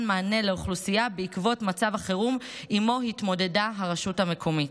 מענה לאוכלוסייה בעקבות מצב החירום שעימו התמודדה הרשות המקומית.